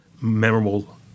memorable